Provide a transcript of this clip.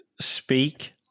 speak